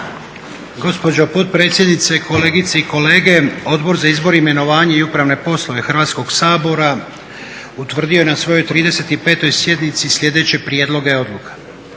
gospođo potpredsjednice, kolegice i kolege. Odbor za izbor, imenovanje i upravne poslove Hrvatskog sabora utvrdio je na svojoj 35. sjednici sljedeće prijedloge odluka: